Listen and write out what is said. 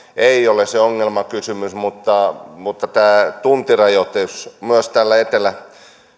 ei ole se ongelmakysymys mutta mutta tämä tuntirajoitus myös täällä etelä